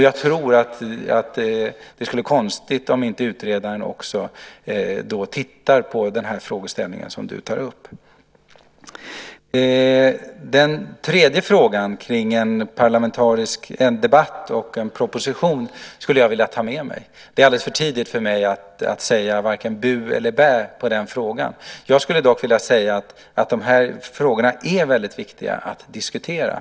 Jag tror att det skulle vara konstigt om utredaren då inte tittade på den frågeställning som du tar upp. Den tredje frågan, om en debatt och en proposition vill jag ta med mig. Det är alldeles för tidigt för mig att säga varken bu eller bä på den frågan. Jag skulle dock vilja säga att de här frågorna är väldigt viktiga att diskutera.